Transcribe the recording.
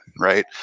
right